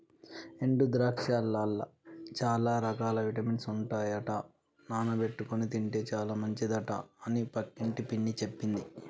ఎండు ద్రాక్షలల్ల చాల రకాల విటమిన్స్ ఉంటాయట నానబెట్టుకొని తింటే చాల మంచిదట అని పక్కింటి పిన్ని చెప్పింది